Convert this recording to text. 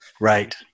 Right